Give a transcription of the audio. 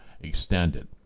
extended